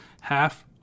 half